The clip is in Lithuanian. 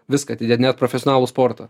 viską atidėt net profesionalų sportą